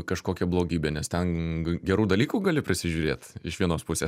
kažkokia blogybė nes ten gerų dalykų gali prisižiūrėt iš vienos pusės